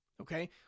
okay